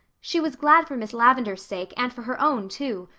she was glad for miss lavendar's sake and for her own too.